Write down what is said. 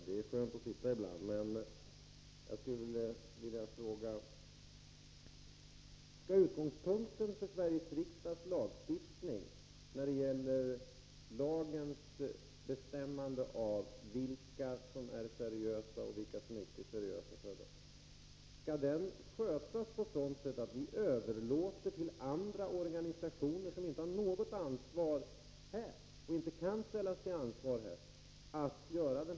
Herr talman! Jag skulle vilja fråga arbetsmarknadsministern: Skall utgångspunkten för Sveriges riksdags lagstiftning när det gäller att bestämma vilka som är seriösa och vilka som inte är seriösa vara att vi skall överlåta avgörandet till organisationer som inte har något ansvar här och inte kan ställas till ansvar här?